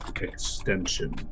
extension